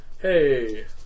Hey